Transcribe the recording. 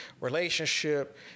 relationship